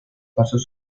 pasos